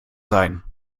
sein